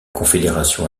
confédération